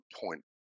point